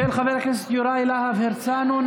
התשפ"ב 2021, של חבר הכנסת יוראי להב הרצנו.